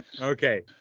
Okay